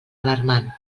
alarmant